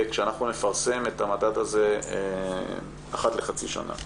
כשאנחנו נפרסם את המדד הזה אחת לחצי שנה.